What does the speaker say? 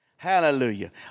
Hallelujah